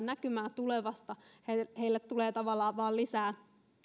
näkymää tulevasta heille tulee tavallaan vain lisää